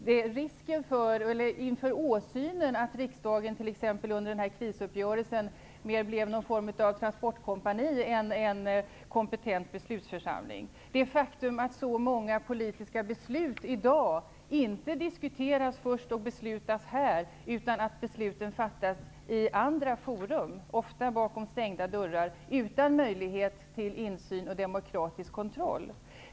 Förtroendet minskar inför åsynen att riksdagen, t.ex. under krisuppgörelsen, mer blev någon form av transportkompani än en kompetent beslutsförsamling. Det är ett faktum att många politiska beslut i dag inte först diskuteras och beslutas här, utan att besluten fattas i andra forum, ofta bakom stängda dörrar, utan möjlighet till insyn och dekomkratisk kontroll.